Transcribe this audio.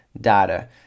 data